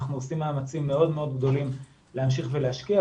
אנחנו עושים מאמצים מאוד גדולים להמשיך ולהשקיע,